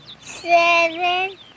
seven